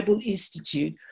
Institute